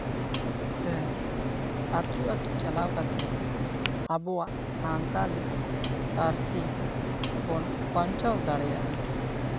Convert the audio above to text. ᱥᱮ ᱟᱛᱳ ᱟᱛᱳ ᱪᱟᱞᱟᱣ ᱠᱟᱛᱮᱜ ᱟᱵᱚᱣᱟᱜ ᱥᱟᱱᱛᱟᱲᱤ ᱯᱟᱹᱨᱥᱤ ᱵᱚᱱ ᱵᱟᱧᱪᱟᱣ ᱫᱟᱲᱮᱭᱟᱜᱼᱟ